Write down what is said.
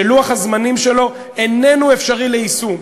שלוח הזמנים שלו איננו אפשרי ליישום,